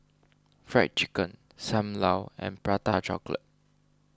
Fried Chicken Sam Lau and Prata Chocolate